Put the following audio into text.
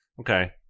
Okay